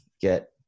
get